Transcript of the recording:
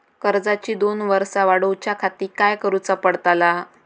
कर्जाची दोन वर्सा वाढवच्याखाती काय करुचा पडताला?